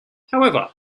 however